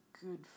good